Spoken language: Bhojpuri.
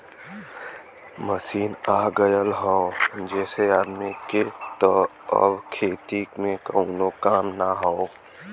मशीन आ गयल हौ जेसे आदमी के त अब खेती में कउनो काम ना हौ